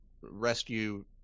rescue